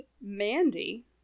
Mandy